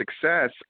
success